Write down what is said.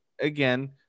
again